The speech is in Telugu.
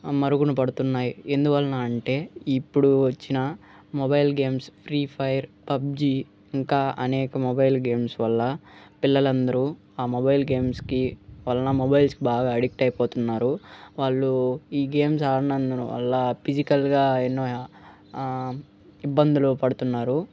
మరుగున పడుతున్నాయి ఎందువలన అంటే ఇప్పుడు వచ్చిన mobile games free fire PUBG ఇంకా అనేక మొబైల్ గేమ్స్ వల్ల పిల్లలు అందరూ ఆ మొబైల్ గేమ్స్కి వలన మొబైల్స్కి బాగా అడిక్ట్ అయిపోతున్నారు వాళ్ళు ఈ గేమ్స్ ఆడనందువల్ల ఫిజికల్గా ఎన్నో ఇబ్బందులు పడుతున్నారు